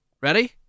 Ready